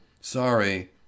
sorry